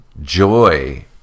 Joy